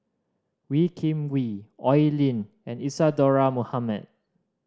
Wee Kim Wee Oi Lin and Isadhora Mohamed